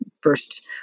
first